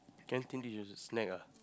canteen did you just snack ah